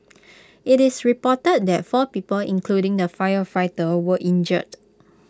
IT is reported that four people including the firefighter were injured